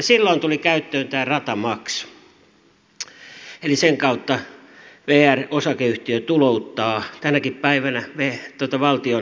silloin tuli käyttöön tämä ratamaksu eli sen kautta vr osakeyhtiö tulouttaa tänäkin päivänä valtion kassaan rahaa